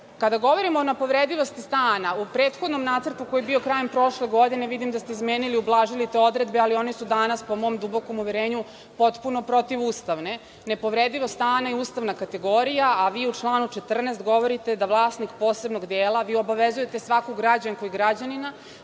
Kada govorimo o nepovredivosti stana, u prethodnom nacrtu koji je bio krajem prošle godine, vidim da ste izmenili, ublažili te odredbe, ali su one danas po mom dubokom uverenju, potpuno protivustavne. Nepovredivost stana je ustavna kategorija a vi u članu 14. govorite da vlasnik posebnog dela, vi obavezujete svaku građanku i građanina,